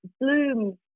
bloom